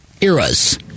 eras